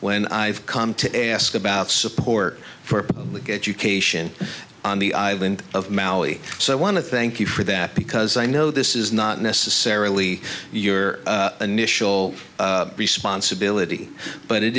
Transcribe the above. when i've come to ask about support for public education on the island of maui so i want to thank you for that because i know this is not necessarily your initial responsibility but it